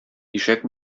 ишәк